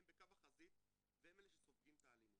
הם בקו החזית והם אלה שסופגים את האלימות.